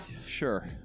Sure